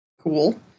cool